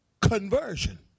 Conversion